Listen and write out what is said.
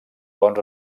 bons